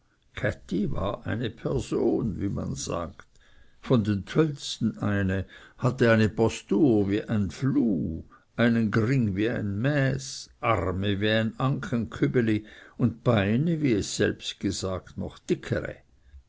war eine person wie man sagt von den töllsten eine hatte eine postur wie eine fluh einen gring wie ein mäß arme wie ein ankenkübli und beine wie es selbst gesagt noch dickere